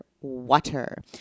water